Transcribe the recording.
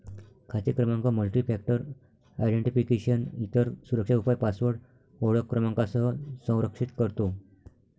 खाते क्रमांक multifactor identification, इतर सुरक्षा उपाय पासवर्ड ओळख क्रमांकासह संरक्षित करतो